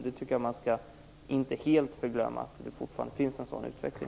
Jag tycker inte att man helt skall glömma bort att det finns en sådan utveckling.